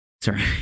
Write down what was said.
sorry